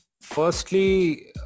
firstly